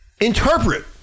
interpret